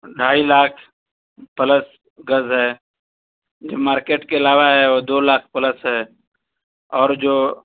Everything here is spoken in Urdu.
ڈھائی لاکھ پلس گز ہے جو مارکیٹ کے علاوہ ہے وہ دو لاکھ پلس ہے اور جو